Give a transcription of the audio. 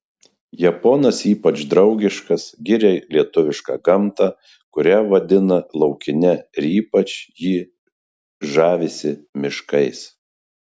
japonas ypač draugiškas giria lietuvišką gamtą kurią vadina laukine ir ypač jį žavisi miškais